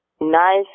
nice